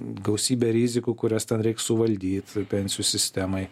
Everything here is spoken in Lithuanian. gausybė rizikų kurias ten reik suvaldyt pensijų sistemai